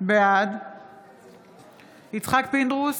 בעד יצחק פינדרוס,